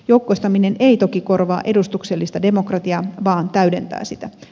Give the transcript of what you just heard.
joukkoistaminen ei toki korvaa edustuksellista demokratiaa vaan täydentää sitä